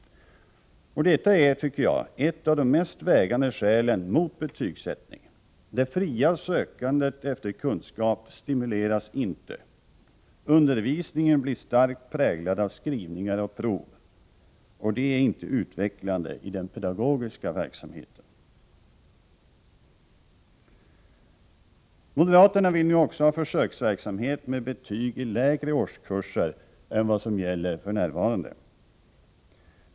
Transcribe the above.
Detta är, tycker jag, ett av de mest vägande skälen mot betygsättning. Det fria sökandet efter kunskap stimuleras inte. Undervisningen blir starkt präglad av skrivningar och prov, och det är inte utvecklande i den pedagogiska verksamheten. Moderaterna vill nu också ha försöksverksamhet med betyg i lägre årskurser än vad som gäller för närvarande.